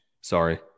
sorry